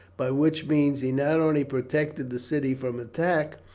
by which means he not only protected the city from attack,